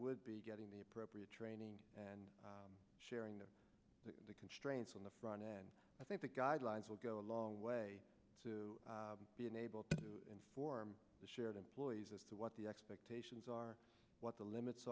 would be getting the appropriate training and sharing of the constraints on the run and i think the guidelines will go a long way to be unable to form a shared employees as to what the expectations are what the limits